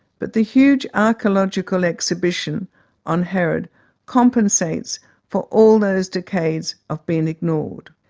but the huge archaeological exhibition on herod compensates for all those decades of being ignored.